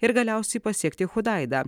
ir galiausiai pasiekti chudaidą